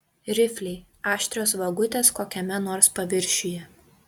rifliai aštrios vagutės kokiame nors paviršiuje